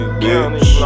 bitch